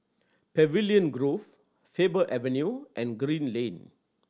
Pavilion Grove Faber Avenue and Green Lane